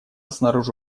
снаружи